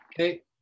Okay